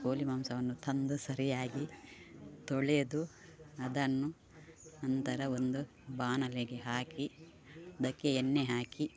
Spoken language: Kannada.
ಕೋಳಿ ಮಾಂಸವನ್ನು ತಂದು ಸರಿಯಾಗಿ ತೊಳೆದು ಅದನ್ನು ನಂತರ ಒಂದು ಬಾಣಲೆಗೆ ಹಾಕಿ ಅದಕ್ಕೆ ಎಣ್ಣೆ ಹಾಕಿ